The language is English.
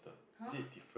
[huh]